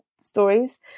stories